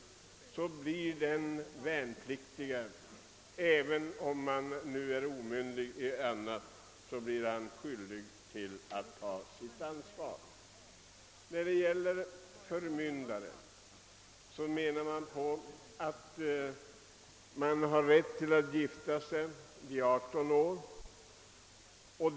Även om den värnpliktige är omyndig i annat, blir han skyldig att i detta fall ta sitt ansvar. När det gäller förmyndarlagstiftningen menar man nu att ungdomar skall ha rätt att gifta sig vid 18 års ålder.